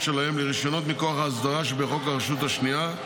שלהם לרישיונות מכוח ההסדרה שבחוק הרשות השנייה: